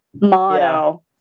motto